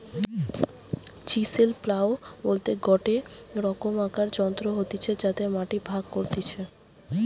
chisel plough বলতে গটে রকমকার যন্ত্র হতিছে যাতে মাটি ভাগ করতিছে